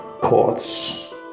courts